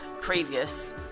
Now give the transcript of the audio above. previous